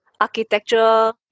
architecture